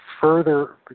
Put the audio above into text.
further